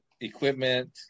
equipment